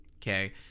Okay